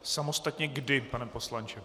Samostatně kdy, pan poslanče?